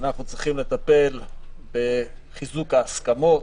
אנחנו צריכים לטפל בחיזוק ההסכמות,